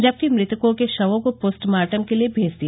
जबकि मृतको के शवों को पोस्टमार्टम के लिए भेज दिया